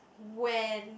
when